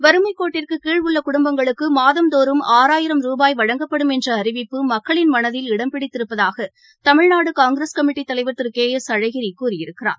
வறுமைக்கோட்டிற்குகீழ் உள்ளகுடும்பங்களுக்குமாதந்தோறும் ஆறாயிரம் ரூபாய் வழங்கப்படும் என்றஅறிவிப்பு மக்களின் மனதில் இடம்பிடித்திருப்பதாகதமிழ்நாடுகாங்கிரஸ் கமிட்டிதலைவர் திருகே எஸ் அழகிரிகூறியிருக்கிறார்